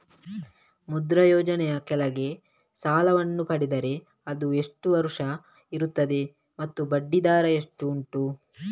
ಮುದ್ರಾ ಯೋಜನೆ ಯ ಕೆಳಗೆ ಸಾಲ ವನ್ನು ಪಡೆದರೆ ಅದು ಎಷ್ಟು ವರುಷ ಇರುತ್ತದೆ ಮತ್ತು ಬಡ್ಡಿ ದರ ಎಷ್ಟು ಉಂಟು?